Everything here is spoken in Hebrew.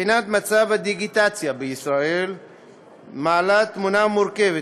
בחינת מצב הדיגיטציה בישראל מעלה תמונה מורכבת.